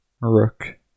rook